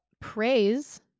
praise